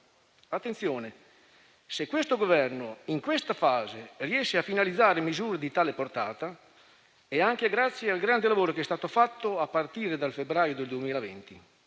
Attenzione: se questo Governo, in questa fase, riesce a finalizzare misure di tale portata, è anche grazie al grande lavoro che è stato fatto a partire dal febbraio 2020.